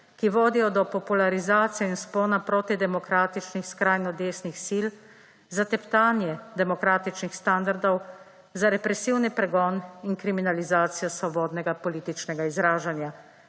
ki vodijo do popularizacije in vzpona protidemokratičnih skrajno desnih sil, za teptanje demokratičnih standardov, za represivni pregon in kriminalizacijo svobodnega političnega izražanja,